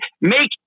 make